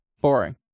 Boring